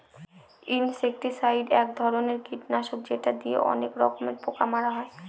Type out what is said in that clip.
insecticide এক ধরনের কীটনাশক যেটা দিয়ে অনেক রকমের পোকা মারা হয়